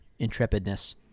intrepidness